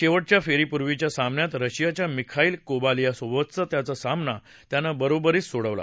शैवटच्या फेरीपूर्वीच्या सामन्यात रशियाच्या मिखाईल कोबालियासोबतचा सामना त्यानं बरोबरीत सोडवला